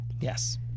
Yes